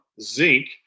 zinc